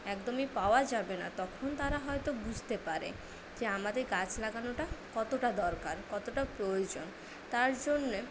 একদমই পাওয়া যাবে না তখন তারা হয়তো বুঝতে পারে যে আমাদের গাছ লাগানোটা কতটা দরকার কতটা প্রয়োজন তার জন্যে